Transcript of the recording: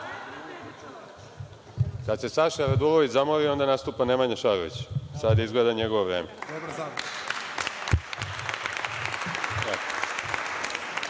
Kad se Saša Radulović zamori, onda nastupa Nemanja Šarović. Sada je izgleda njegovo vreme.